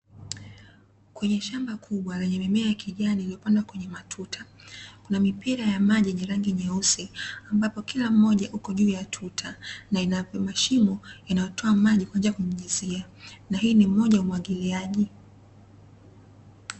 Kwenye shamba kubwa lenye mimea ya kijani iliyopandwa kwenye matuta kuna mipira ya maji yenye rangi nyeusi; ambapo kila mmoja uko juu ya tuta na inavi mashimo inayotoa maji kwa njia ya kumwagilizia na hii ni moja wamwagiliaji.